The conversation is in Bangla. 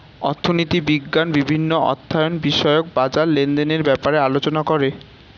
অর্থনীতি বিজ্ঞান বিভিন্ন অর্থায়ন বিষয়ক বাজার লেনদেনের ব্যাপারে আলোচনা করে